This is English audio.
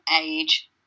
age